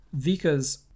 Vika's